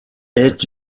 est